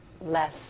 less